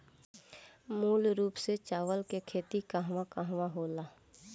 मूल रूप से चावल के खेती कहवा कहा होला?